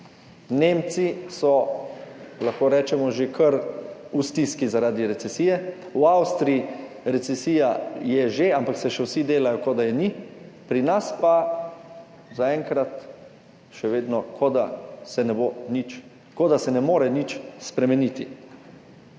Nemci, lahko rečemo, že kar v stiski zaradi recesije. V Avstriji recesija že je, ampak se še vsi delajo, kot da je ni. Pri nas pa zaenkrat še vedno, kot da se ne more nič spremeniti.